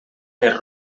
més